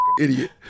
idiot